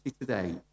today